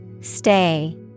Stay